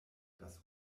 das